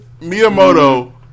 Miyamoto